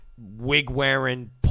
wig-wearing